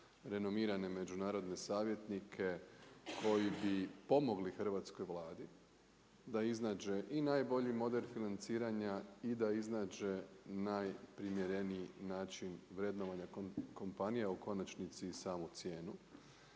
renomirane međunarodne savjetnike koji bi pomogli hrvatskoj Vladi da iznađe i najbolji model financiranja i da iznađe najprimjereniji način vrednovanja kompanije, a u konačnici i samu cijenu.